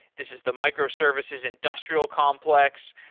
this is the microservices industrial complex.